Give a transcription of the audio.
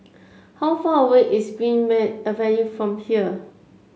how far away is Greenmead Avenue from here